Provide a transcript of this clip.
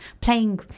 playing